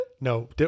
No